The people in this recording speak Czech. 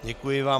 Děkuji vám.